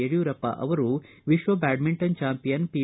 ಯಡಿಯೂರಪ್ಪ ಅವರು ವಿಶ್ವ badminton champion P